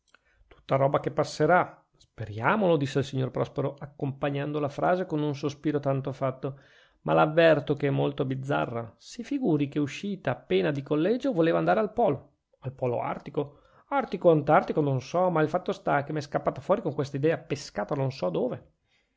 tutta roba che passerà speriamolo disse il signor prospero accompagnando la frase con un sospiro tanto fatto ma l'avverto che è molto bizzarra si figuri che uscita appena di collegio voleva andare al polo al polo artico artico od antartico non so ma il fatto sta che m'è scappata fuori con questa idea pescata non so dove